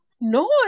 no